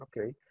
Okay